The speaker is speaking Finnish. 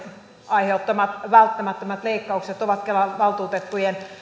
aiheuttamat välttämättömät leikkaukset ovat kelan valtuutettujen